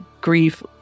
grief